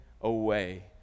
away